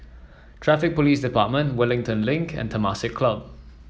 Traffic Police Department Wellington Link and Temasek Club